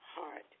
heart